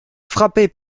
frappée